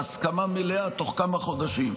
בהסכמה מלאה תוך כמה חודשים.